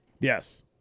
Yes